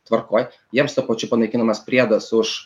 tvarkoj jiems tuo pačiu panaikinamas priedas už